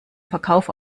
verkauf